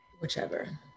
Whichever